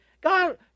God